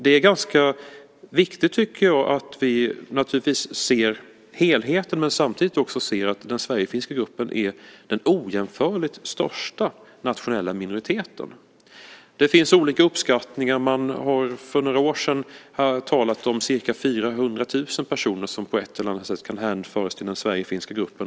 Det är ganska viktigt, tycker jag, att vi naturligtvis ser helheten, men samtidigt ser att den sverigefinska gruppen är den ojämförligt största nationella minoriteten. Det finns olika uppskattningar. Man talade för några år sedan om att det var ca 400 000 personer som på ett eller annat sätt kan hänföras till den sverigefinska gruppen.